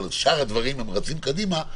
אבל בשאר הדברים הם רצים קדימה,